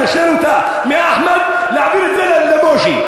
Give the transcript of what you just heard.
לנשל ממנה את אחמד ולהעביר את זה למשה?